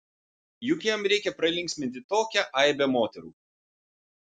juk jam reikia pralinksminti tokią aibę moterų